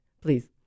Please